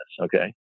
okay